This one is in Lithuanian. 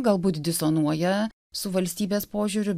galbūt disonuoja su valstybės požiūriu